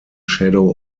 shadow